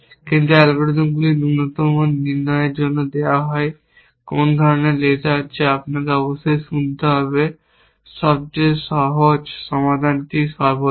কিন্তু অ্যালগরিদমগুলি ন্যূনতম নির্ণয়ের জন্য দেওয়া হয় কোন ধরনের লেজার যা আপনাকে অবশ্যই শুনতে হবে সবচেয়ে সহজ সমাধানটি সর্বোত্তম